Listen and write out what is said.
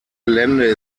gelände